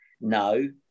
no